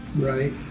right